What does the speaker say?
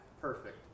perfect